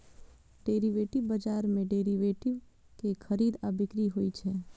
derivative बाजार मे derivative के खरीद आ बिक्री होइ छै